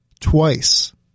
Twice